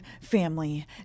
family